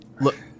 look